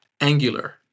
angular